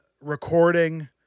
recording